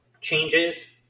changes